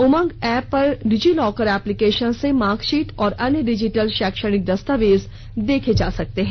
उमंग app पर DigiLocker application से marksheet और अन्य डिजिटल शैक्षणिक दस्तावेज देखे जा सकते हैं